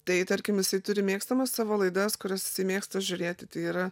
tai tarkim jisai turi mėgstamas savo laidas kurias jisai mėgsta žiūrėti tai yra